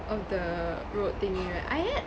of the road thingy right I had